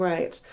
Right